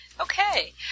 Okay